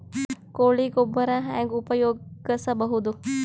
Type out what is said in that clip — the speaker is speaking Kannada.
ಕೊಳಿ ಗೊಬ್ಬರ ಹೆಂಗ್ ಉಪಯೋಗಸಬಹುದು?